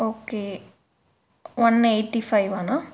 okay one eighty ஃபைவ்வாண்ணா